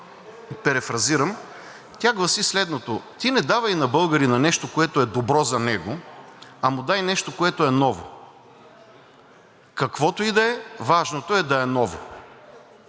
перифразирам, тя гласи следното: ти не давай на българина нещо, което е добро за него, а му дай нещо, което е ново; каквото и да е – важното е да е ново.